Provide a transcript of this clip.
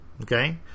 okay